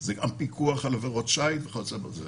היא גם פיקוח על עבירות שיט וכיוצא באלה.